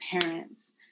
parents